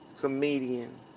comedian